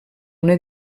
una